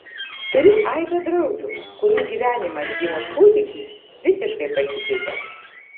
turiu aibę draugių kurių gyvenimas gimus kūdikiui visiškai pasikeitė